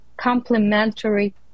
complementary